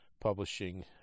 publishing